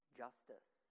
justice